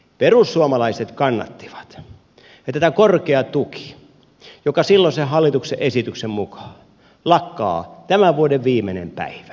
perussuomalaiset kannattivat sitä että tämä korkea tuki joka silloisen hallituksen esityksen mukaan lakkaa tämän vuoden viimeinen päivä